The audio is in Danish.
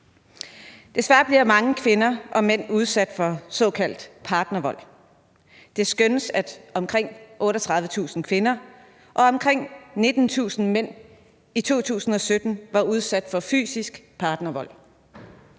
Desværre bliver mange kvinder og mænd udsat for såkaldt partnervold. Det skønnes, at omkring 38.000 kvinder og omkring 19.000 mænd i 2017 var udsat for fysisk partnervold.